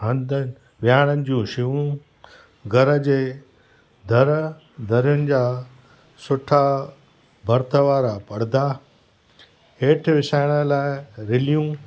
हंध विहाणनि जूं छवूं घर जे दर दरयुनि जा सुठा भर्त वारा पर्दा हेठि विछाइण लाइ रिलियूं